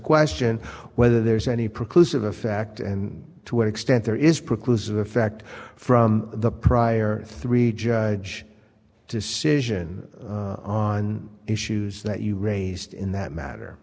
question whether there is any precludes of the fact and to what extent there is precludes the fact from the prior three judge decision on issues that you raised in that matter